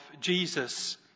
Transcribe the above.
Jesus